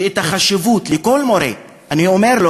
לכל מורה אני אומר,